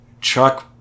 Chuck